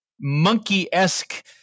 monkey-esque